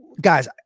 Guys